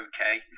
okay